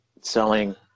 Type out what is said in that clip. selling